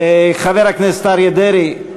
חבר הכנסת אריה דרעי,